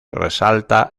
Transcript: resalta